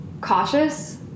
cautious